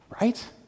Right